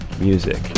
music